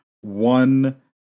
One